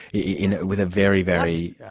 you know with a very, very